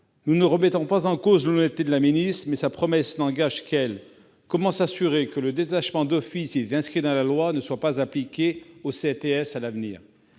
Nous ne mettons pas en cause l'honnêteté de la ministre, mais sa promesse n'engage qu'elle-même. Comment s'assurer que le détachement d'office, s'il est inscrit dans la loi, ne s'appliquera pas aux CTS à l'avenir ?